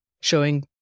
showing